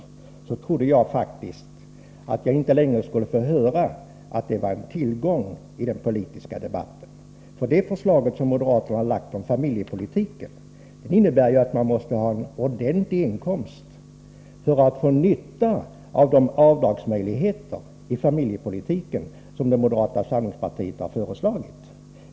Men jag trodde faktiskt att jag inte längre skulle få höra att den var en tillgång i den politiska debatten. Det förslag om familjepolitiken som moderaterna har lagt fram innebär ju att man måste ha en ordentlig inkomst för att få nytta av de avdragsmöjligheter inom familjepolitiken som moderata samlingspartiet har föreslagit.